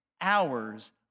hours